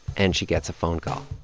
and she gets a phone call